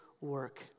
work